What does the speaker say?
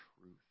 truth